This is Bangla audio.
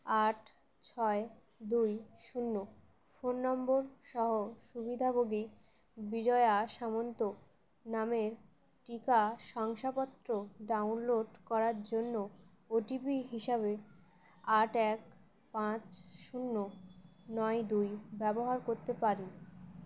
আট ছয় দুই শূন্য ফোন নম্বর সহ সুবিধাভোগী বিরয়া সামন্ত নামের টিকা শংসাপত্র ডাউনলোড করার জন্য ওটিপি হিসাবে আট এক পাঁচ শূন্য নয় দুই ব্যবহার করতে পারি